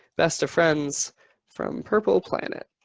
best of friends from purple planet.